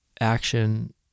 action